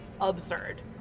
absurd